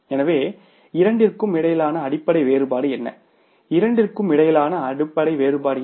எனவே இரண்டிற்கும் இடையிலான அடிப்படை வேறுபாடு என்ன இரண்டிற்கும் இடையிலான அடிப்படை வேறுபாடு என்ன